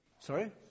Sorry